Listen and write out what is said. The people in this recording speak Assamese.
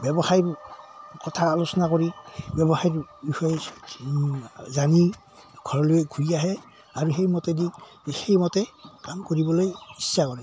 ব্যৱসায় কথা আলোচনা কৰি ব্যৱসায় বিষয়ে জানি ঘৰলৈ ঘূৰি আহে আৰু সেই মতেদি সেইমতে কাম কৰিবলৈ ইচ্ছা কৰে